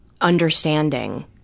understanding